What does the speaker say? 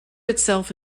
itself